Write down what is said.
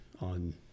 on